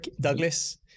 Douglas